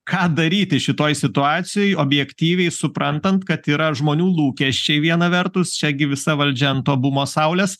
ką daryti šitoj situacijoj objektyviai suprantant kad yra žmonių lūkesčiai viena vertus čia gi visa valdžia ant to bumo saulės